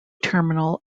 terminal